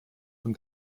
von